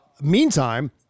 Meantime